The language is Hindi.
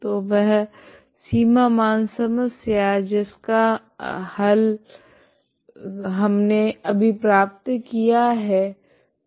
तो वह सीमा मान समस्या जिसका हल हमने अभी प्राप्त किया है